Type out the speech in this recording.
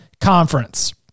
conference